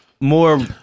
more